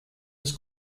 was